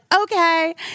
okay